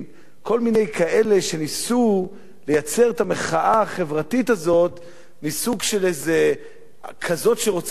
כל מיני כאלה שניסו לייצר את המחאה החברתית הזאת ככזאת שרוצה לשנות